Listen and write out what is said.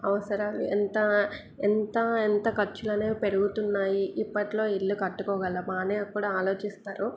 అవసరాలు ఎంత ఎంత ఎంత ఖర్చులు అనేవి పెరుగుతున్నాయి ఇప్పట్లో ఇళ్ళు కట్టుకోగలమా అని కూడా ఆలోచిస్తారు